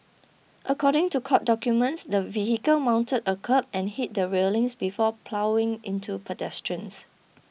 according to court documents the vehicle mounted a kerb and hit the railings before ploughing into pedestrians